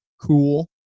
cool